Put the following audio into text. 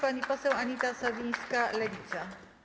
Pani poseł Anita Sowińska, Lewica.